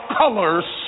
colors